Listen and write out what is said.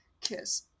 kiss